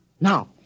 Now